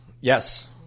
Yes